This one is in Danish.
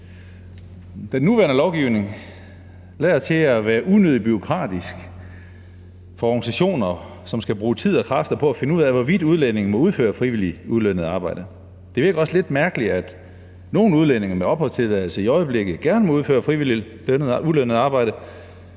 Den nuværende lovgivning lader til at være unødig bureaukratisk for organisationer, som skal bruge tid og kræfter på at finde ud af, hvorvidt udlændinge må udføre frivilligt ulønnet arbejde. Det virker også lidt mærkeligt, at nogle udlændinge med opholdstilladelse i øjeblikket gerne må udføre frivilligt ulønnet arbejde,